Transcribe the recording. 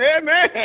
amen